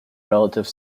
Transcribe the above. relative